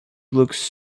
looks